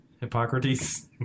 Hippocrates